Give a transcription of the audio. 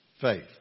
Faith